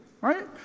right